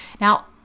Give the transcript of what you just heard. Now